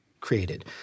created